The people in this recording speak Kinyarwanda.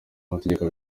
amategeko